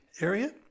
area